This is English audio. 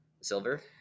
silver